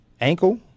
ankle